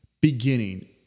beginning